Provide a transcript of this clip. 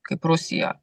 kaip rusija